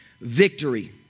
victory